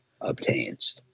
obtains